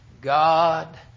God